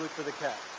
for the cat.